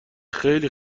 خیلی